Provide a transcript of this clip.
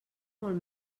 molt